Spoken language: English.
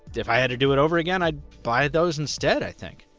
if i had to do it over again, i'd buy those instead i think.